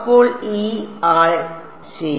അപ്പോൾ ഈ ആൾ ശരി